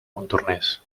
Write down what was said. montornès